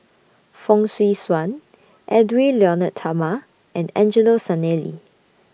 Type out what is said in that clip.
Fong Swee Suan Edwy Lyonet Talma and Angelo Sanelli